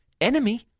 enemy